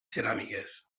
ceràmiques